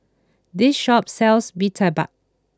this shop sells Mee Tai Mak